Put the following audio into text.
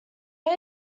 air